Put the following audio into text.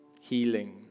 healing